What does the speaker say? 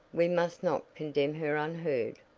we must not condemn her unheard.